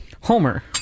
Homer